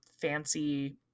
fancy